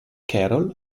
carol